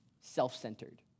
self-centered